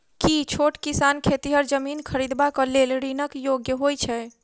की छोट किसान खेतिहर जमीन खरिदबाक लेल ऋणक योग्य होइ छै?